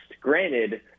Granted